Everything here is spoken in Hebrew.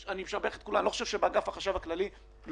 אולי תרוויח כמה שקלים לאוצר,